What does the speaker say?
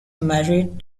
married